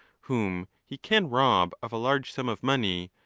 whom he can rob of a large sum of money,